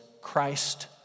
Christ